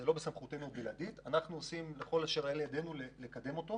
זה לא בסמכותנו הבלעדית ואנחנו עושים ככל שאנחנו יכולים לקדם אותו.